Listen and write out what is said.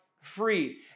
free